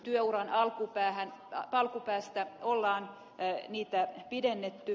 työuran alkupäästä on työuria pidennetty